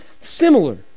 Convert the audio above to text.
similar